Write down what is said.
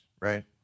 right